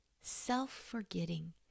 self-forgetting